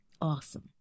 Awesome